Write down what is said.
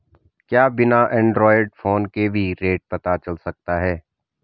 क्या बिना Android phone के भी रेट पता चल सकता है?